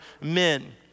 men